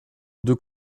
deux